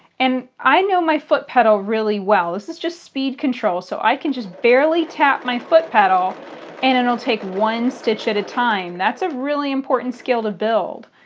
and i know my foot pedal really well. this is just speed control. so i can just barely tap my foot pedal and it and will take one stitch at a time. that's a really important skill to build.